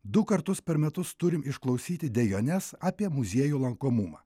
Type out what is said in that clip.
du kartus per metus turim išklausyti dejones apie muziejų lankomumą